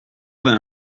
vingt